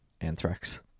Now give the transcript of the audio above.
anthrax